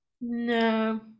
no